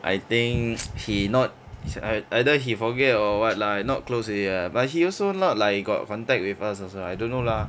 I think he not it's either he forget or what lah not close already ah but he also not like he got contact with us also I don't know lah